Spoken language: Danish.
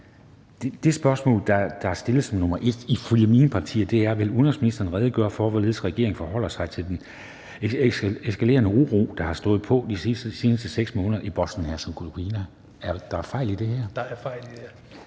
Det spørgsmål, der er stillet som nr. 1 ifølge mine papirer, er: Vil udenrigsministeren redegøre for, hvorledes regeringen forholder sig til den eskalerende uro, der har stået på de seneste 6 måneder i Bosnien-Hercegovina? Er der fejl i det her? (Sikandar Siddique